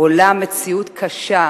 עולה מציאות קשה,